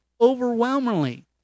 overwhelmingly